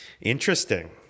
interesting